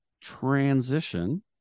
transition